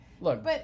Look